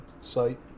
site